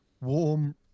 Warm